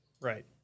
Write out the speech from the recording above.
Right